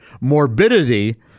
morbidity